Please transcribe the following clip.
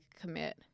commit